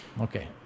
okay